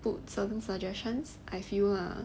put certain suggestions I feel lah